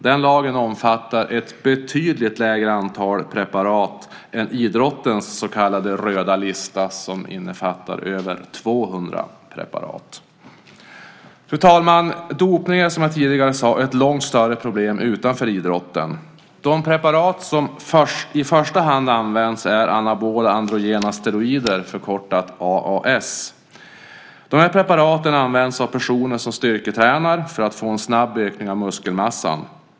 Den lagen omfattar ett betydligt lägre antal preparat än idrottens så kallade röda lista, som innefattar över 200 preparat. Fru talman! Dopning är, som jag tidigare sade, ett långt större problem utanför idrotten. De preparat som i första hand används är anabola androgena steroider, förkortat AAS. Dessa preparat används av personer som styrketränar för att få en snabb ökning av muskelmassan.